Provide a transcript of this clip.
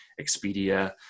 Expedia